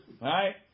Right